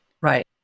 Right